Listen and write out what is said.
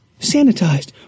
sanitized